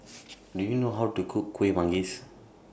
Do YOU know How to Cook Kuih Manggis